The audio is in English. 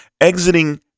exiting